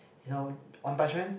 you know One Punch Man